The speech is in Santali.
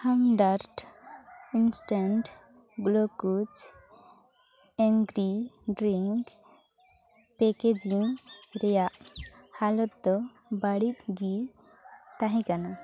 Hamdard instant glucose energy drink packaging ᱨᱮᱭᱟᱜ ᱦᱟᱞᱚᱛ ᱫᱚ ᱵᱟᱹᱲᱤᱡ ᱜᱮ ᱛᱟᱦᱮᱸ ᱠᱟᱱᱟ